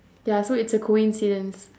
ya so it's a coincidence